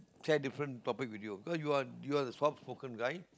try different topic with you because you're you're the soft spoken guy